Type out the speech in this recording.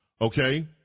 okay